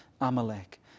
Amalek